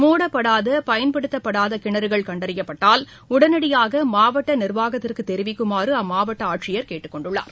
முடப்படாத பயன்படுத்தாதகிணறுகள் கண்டறியப்பட்டால் உடனடியாகமாவட்டநிர்வாகத்திற்குதெரிவிக்குமாறுஅம்மாவட்டஆட்சியர் கேட்டுக்கொண்டுள்ளார்